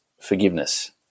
forgiveness